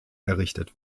errichtet